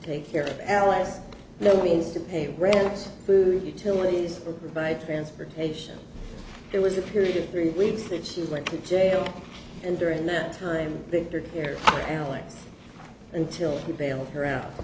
take care of alice no means to pay rent food utilities or provide transportation there was a period of three weeks that she went to jail and during that time i think they're here alex until you bailed her out